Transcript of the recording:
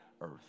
earth